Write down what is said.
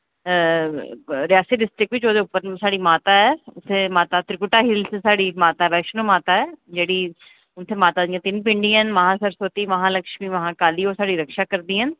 Reasi district बिच्च ओह्दे उप्पर साढ़ी माता उत्थै माता त्रिकुटा हिल्स साढ़ी माता वैश्णो माता ऐ जेह्ड़ी उत्थै माता दियां तिन्न पिंडियां न महासरस्वति महालक्ष्मी महाकाली ओह् साढ़ी रक्षा करदियां न